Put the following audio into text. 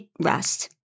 rest